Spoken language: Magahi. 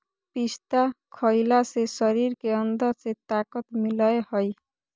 पिस्ता खईला से शरीर के अंदर से ताक़त मिलय हई